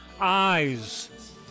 Eyes